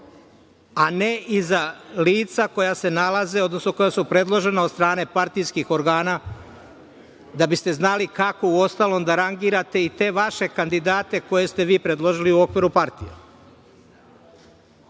a ne i za lica koja su predložena od strane partijskih organa, da biste znali kako uostalom da rangirate i te vaše kandidate koje ste vi predložili u okviru partija. Takođe,